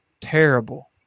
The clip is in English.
Terrible